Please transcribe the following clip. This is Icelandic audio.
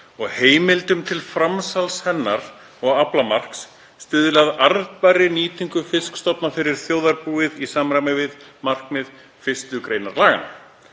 og heimildum til framsals hennar og aflamarks, stuðli að arðbærri nýtingu fiskstofna fyrir þjóðarbúið í samræmi við markmið 1. gr. laganna.“